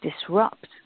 disrupt